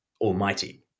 almighty